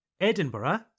Edinburgh